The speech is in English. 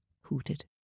hooted